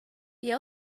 the